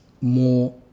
more